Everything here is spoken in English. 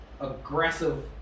aggressive